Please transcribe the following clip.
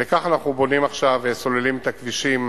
וכך אנחנו בונים עכשיו וסוללים את הכבישים